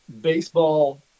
baseball